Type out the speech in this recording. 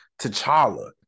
T'Challa